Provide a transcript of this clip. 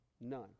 None